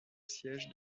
siège